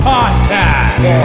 Podcast